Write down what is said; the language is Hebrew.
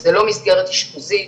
זה לא מסגרת אשפוזית,